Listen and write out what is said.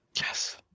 yes